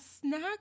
snack